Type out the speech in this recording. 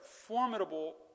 formidable